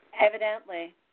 Evidently